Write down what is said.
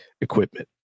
equipment